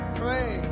pray